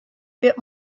bit